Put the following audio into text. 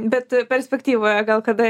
bet perspektyvoje gal kada